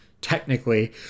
technically